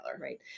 right